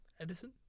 Edison